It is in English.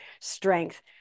strength